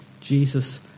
Jesus